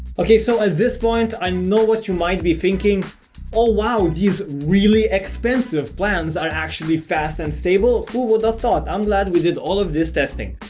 okay so at this point i know what you might be thinking oh wow these really expensive plans are actually fast and stable who would've thought i'm glad we did all of this testing.